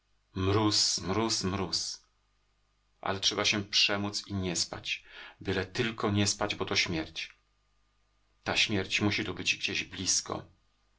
mróz mróz mróz ale trzeba się przemóc i nie spać byle tylko nie spać bo to śmierć ta śmierć musi tu być gdzieś blizko